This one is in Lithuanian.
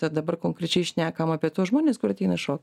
tad dabar konkrečiai šnekame apie tuos žmones kur ateina šokti